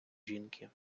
жінки